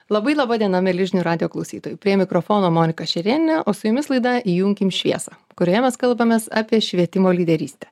labai laba diena mieli žinių radijo klausytojai prie mikrofono monika šerėnienė o su jumis laida įjunkim šviesą kurioje mes kalbamės apie švietimo lyderystę